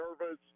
nervous